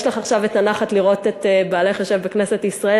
יש לך עכשיו את הנחת לראות את בעלך יושב בכנסת ישראל.